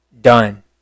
Done